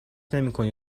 نمیکنی